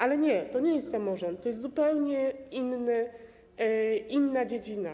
Ale nie, to nie jest samorząd, to jest zupełnie inna dziedzina.